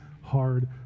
hard